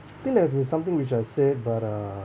I think must be something which I said but uh